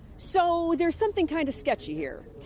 so there's something kind of sketchy here.